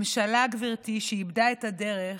ממשלה, גברתי, שאיבדה את הדרך,